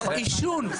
עישון.